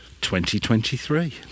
2023